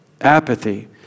apathy